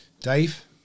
dave